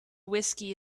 whiskey